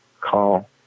call